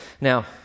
Now